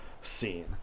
scene